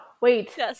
Wait